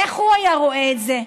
איך הוא היה רואה את זה?